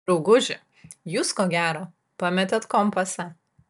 drauguži jūs ko gera pametėt kompasą